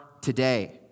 today